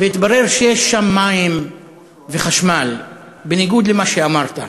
והתברר שיש שם מים וחשמל, בניגוד למה שאמרת.